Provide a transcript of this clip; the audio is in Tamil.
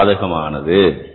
இது சாதகமானது